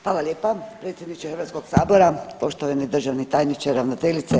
Hvala lijepa predsjedniče Hrvatskog sabora, poštovani državni tajniče, ravnateljice.